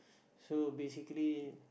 so basically